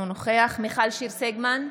אינו נוכח מיכל שיר סגמן,